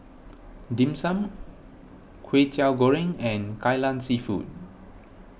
Dim Sum Kwetiau Goreng and Kai Lan Seafood